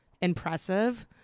impressive